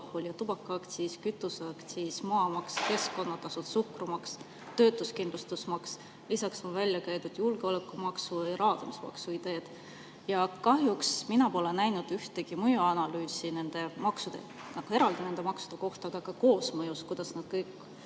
tubakaaktsiis, kütuseaktsiis, maamaks, keskkonnatasud, suhkrumaks, töötuskindlustusmakse. Lisaks on välja käidud julgeolekumaksu ja raadamismaksu idee. Ja kahjuks mina pole näinud ühtegi mõjuanalüüsi nende maksude kohta – ei eraldi nende maksude kohta ega ka koosmõjus, kuidas need kõik